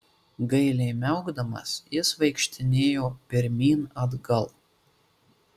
gailiai miaukdamas jis vaikštinėjo pirmyn atgal